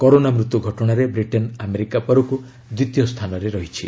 corona ମୃତ୍ୟୁ ଘଟଣାରେ Britain America ପରକୁ ଦ୍ୱିତୀୟ ସ୍ଥାନରେ ରହିଛି